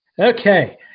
Okay